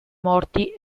morti